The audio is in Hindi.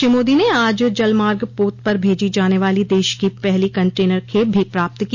श्री मोदी ने आज जलमार्ग पोत पर भेजी जाने वाली देश की पहली कंटेनर खेप भी प्राप्त की